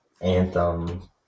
anthem